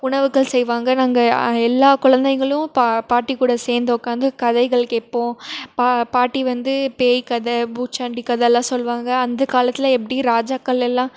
உணவுகள் செய்வாங்க நாங்கள் எல்லா குழந்தைகளும் பா பாட்டி கூட சேர்ந்து உட்காந்து கதைகள் கேட்போம் பா பாட்டி வந்து பேய் கதை பூச்சாண்டி கதைல்லாம் சொல்லுவாங்க அந்தக் காலத்தில் எப்படி ராஜாக்கள் எல்லாம்